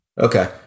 Okay